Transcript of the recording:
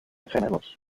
gemelos